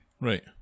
Right